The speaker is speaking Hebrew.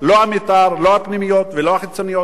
לא הפנימיות ולא החיצוניות ולא המתוכננות.